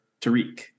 Tariq